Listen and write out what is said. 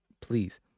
Please